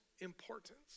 importance